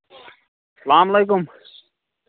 السلام علیکُم